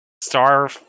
star